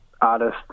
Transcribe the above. artist